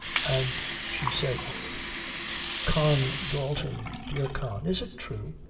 and she said con dalton dear con, is it true?